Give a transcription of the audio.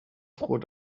froh